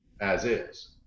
as-is